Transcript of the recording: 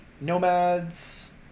nomads